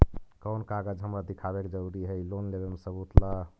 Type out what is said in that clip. कौन कागज हमरा दिखावे के जरूरी हई लोन लेवे में सबूत ला?